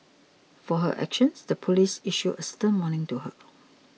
for her actions the police issued a stern warning to her